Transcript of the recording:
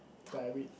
that I read